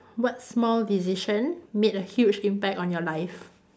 what small decision made a huge impact on your life